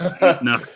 no